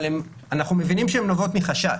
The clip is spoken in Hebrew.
אבל אנחנו מבינים שהן נובעות מחשש.